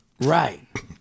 Right